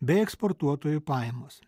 bei eksportuotojų pajamos